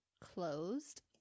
closed